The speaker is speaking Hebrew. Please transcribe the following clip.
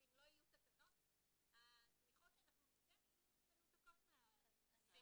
אם לא יהיו תקנות התמיכות שאנחנו ניתן תהיינה מנותקות מה --- סיגל,